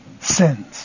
sins